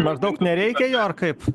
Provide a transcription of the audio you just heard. maždaug nereikia jo ar kaip